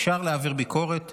אפשר להעביר ביקורת,